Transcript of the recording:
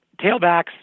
tailbacks